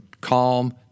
calm